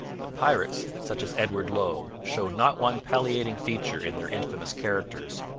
but pirates such as edward low showed not one palliating feature in their infamous characters.